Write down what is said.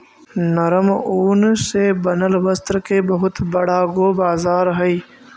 नरम ऊन से बनल वस्त्र के बहुत बड़ा गो बाजार हई